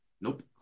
Nope